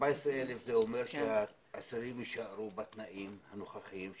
14,000 זה אומר שהאסירים יישארו בתנאים הנוכחיים,